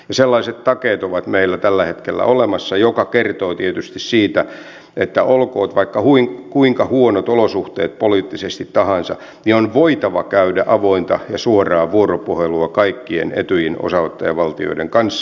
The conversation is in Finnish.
ja sellaiset takeet ovat meillä tällä hetkellä olemassa mikä kertoo tietysti siitä että olkoot kuinka huonot olosuhteet poliittisesti tahansa niin on voitava käydä avointa ja suoraa vuoropuhelua kaikkien etyjin osanottajavaltioiden kanssa